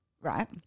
right